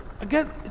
again